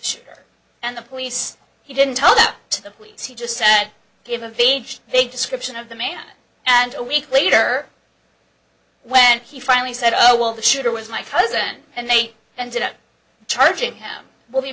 shooter and the police he didn't tell that to the police he just said give age they description of the man and a week later when he finally said oh well the shooter was my cousin and they ended up charging him w